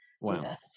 Wow